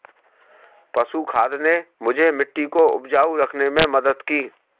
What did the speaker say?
पशु खाद ने मुझे मिट्टी को उपजाऊ रखने में मदद की